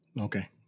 Okay